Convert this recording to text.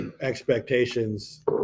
expectations